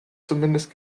zumindest